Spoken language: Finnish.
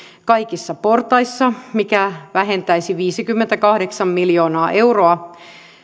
kaikissa portaissa mikä vähentäisi viisikymmentäkahdeksan miljoonaa euroa